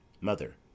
Mother